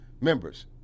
members